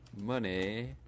money